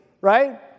right